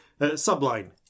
subline